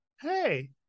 hey